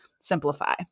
simplify